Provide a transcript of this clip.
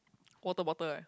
water bottle right